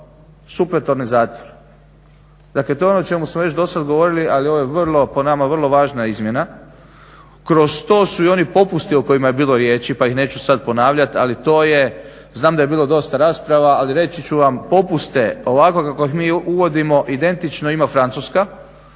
supletorni zatvor. Dakle, to je ono o čemu smo već dosad govorili ali ovo je vrlo, po nama, vrlo važna izmjena. Kroz to su i oni popusti o kojima je bilo riječi pa ih neću sad ponavljati, ali to je znam da je bilo dosta rasprava ali reći ću vam popuste ovako kako mi uvodimo identično ima Francuska,